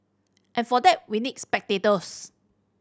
and for that we need spectators